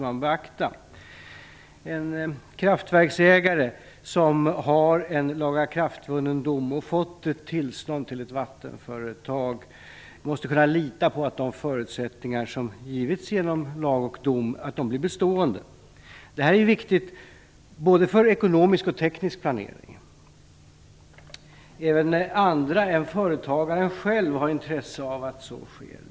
En kraftverksägare som har en lagakraftvunnen dom och fått tillstånd till ett vattenföretag måste kunna lita på att de förutsättningar som givits genom lag och dom blir bestående. Det här är viktigt, både för ekonomisk och teknisk planering. Även andra än företagaren själv har intresse av att så sker.